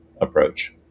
approach